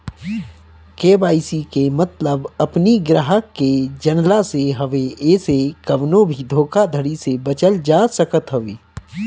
KYC के मतलब अपनी ग्राहक के जनला से हवे एसे कवनो भी धोखाधड़ी से बचल जा सकत हवे